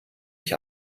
ich